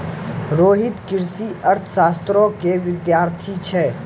रोहित कृषि अर्थशास्त्रो के विद्यार्थी छै